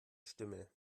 stimme